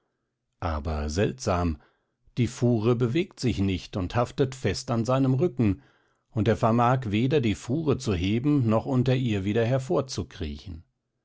aber seltsam die fuhre bewegt sich nicht und haftet fest an seinem rücken und er vermag weder die fuhre zu heben noch unter ihr wieder